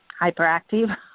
hyperactive